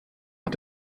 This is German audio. hat